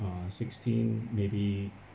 uh sixteen maybe